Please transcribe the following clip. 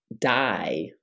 die